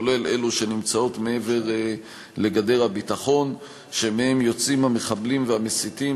כולל אלו שנמצאות מעבר לגדר הביטחון ומהן יוצאים המחבלים והמסיתים,